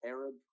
Arab